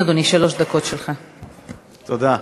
תודה רבה.